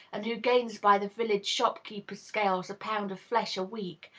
and who gains by the village shop-keeper's scales a pound of flesh a week,